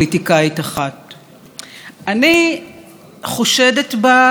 אני חושדת בה בהרבה יותר מזה: